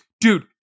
dude